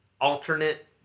alternate